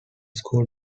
school